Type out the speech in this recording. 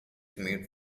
meat